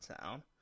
town